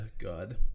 God